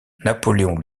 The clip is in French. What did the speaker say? napoléon